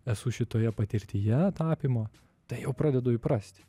esu šitoje patirtyje tapymo tai jau pradedu įprasti